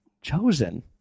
chosen